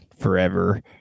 forever